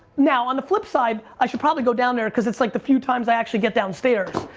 now, on the flip side, i should probably go down there, cause it's like the few times i actually get downstairs,